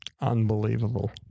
Unbelievable